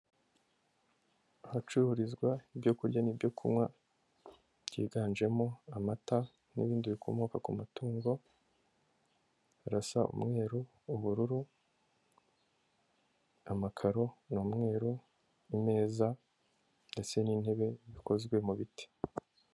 Ahacururizwa ibyo kurya n'ibyo kunywa byiganjemo amata n'ibindi bikomoka ku matungo, harasa umweru, ubururu, amakaro ni umweru, imeza ndetse n'intebe bikozwe mu biti.